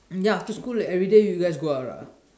ya after school you guys everyday go out ah